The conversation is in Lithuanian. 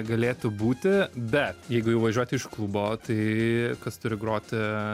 galėtų būti bet jeigu jau važiuoti iš klubo tai kas turi groti